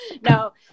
No